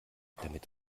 damit